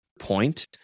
point